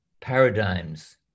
paradigms